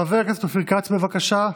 חבר הכנסת אופיר כץ, בבקשה.